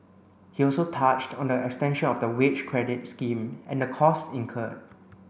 he also touched on the extension of the wage credit scheme and the costs incurred